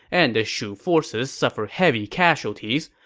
and the shu forces suffered heavy casualties.